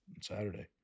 Saturday